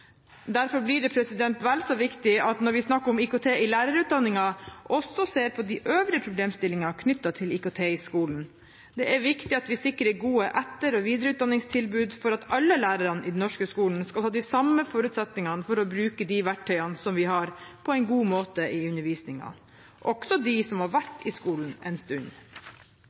Derfor blir det vel så viktig at vi når vi snakker om IKT i lærerutdanningen, også ser på de øvrige problemstillingene knyttet til IKT i skolen. Det er viktig at vi sikrer gode etter- og videreutdanningstilbud for at alle lærere i den norske skolen skal ha de samme forutsetningene for å bruke de verktøyene som vi har, på en god måte i undervisningen, også de som har